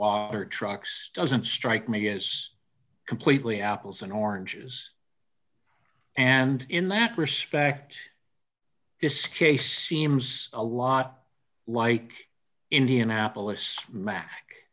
water trucks doesn't strike me as completely apples and oranges and in that respect this case seems a lot like indianapolis mac